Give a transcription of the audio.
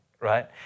Right